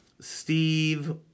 Steve